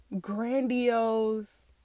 grandiose